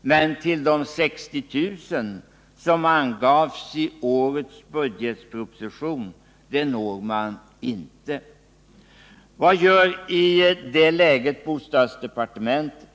Men till de 60 000 som angavs i budgetpropositionen når man inte. Vad gör då bostadsdepartementet i det läget?